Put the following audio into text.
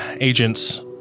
agents